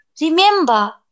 remember